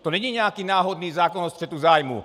To není nějaký náhodný zákon o střetu zájmů.